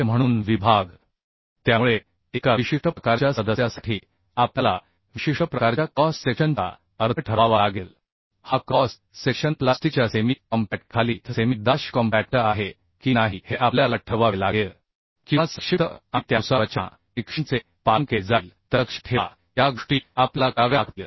म्हणून विभाग त्यामुळे एका विशिष्ट प्रकारच्या सदस्यासाठी आपल्याला विशिष्ट प्रकारच्या क्रॉस सेक्शनचा अर्थ ठरवावा लागेल हा क्रॉस सेक्शन प्लास्टिकच्या सेमी कॉम्पॅक्टखाली आहे की नाही हे आपल्याला ठरवावे लागेल किंवा संक्षिप्त आणि त्यानुसार रचना निकषांचे पालन केले जाईल तरलक्षात ठेवा या गोष्टी आपल्याला कराव्या लागतील